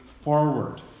forward